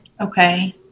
Okay